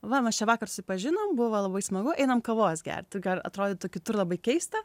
va mes čia vakar susipažinom buvo labai smagu einam kavos gerti gal atrodytų kitur labai keista